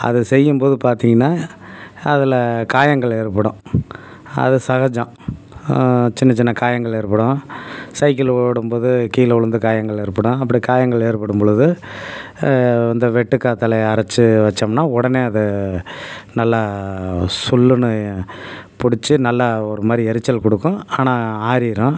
அது செய்யும் போது பார்த்திங்கன்னா அதில் காயங்கள் ஏற்படும் அது சகஜம் சின்ன சின்ன காயங்கள் ஏற்படும் சைக்கிள் ஓடும் போது கீழே விழுந்து காயங்கள் ஏற்படும் அப்படி காயங்கள் ஏற்படும் பொழுது அந்த வெட்டுக்காத்தாலைய அரைச்சி வெச்சம்னா உடனே அது நல்லா சுல்லுன்னு பிடிச்சி நல்லா ஒரு மாதிரி எரிச்சல் கொடுக்கும் ஆனால் ஆறிடும்